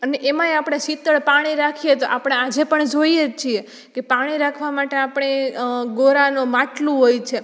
અને એમાંય આપણે શીતળ પાણી રાખીએ તો આપણે આજે પણ જોઈએજ છીએ કે પાણી રાખવા માટે આપણે ગોરાનો માટલું હોય છે